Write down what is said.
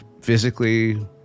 physically